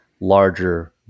larger